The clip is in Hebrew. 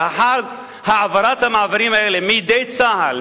לאחר העברת המעברים האלה מידי צה"ל,